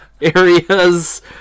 areas